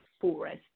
forest